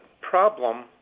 problem